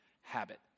habit